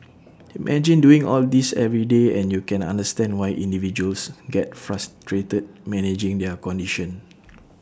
imagine doing all this every day and you can understand why individuals get frustrated managing their condition